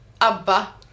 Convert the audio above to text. Abba